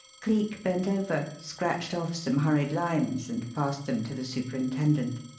cleek bent over, scratched off some hurried lines, and passed them to the superintendent.